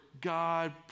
god